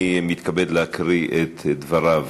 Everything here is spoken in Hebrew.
אני מתכבד להקריא את דבריו